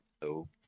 Hello